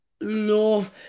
love